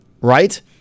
Right